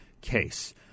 case